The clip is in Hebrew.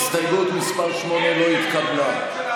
הסתייגות מס' 8 לא התקבלה.